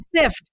sift